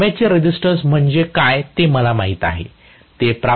armature resistance म्हणजे काय ते मला माहित आहे